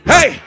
Hey